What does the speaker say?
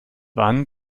wann